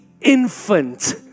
infant